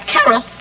Carol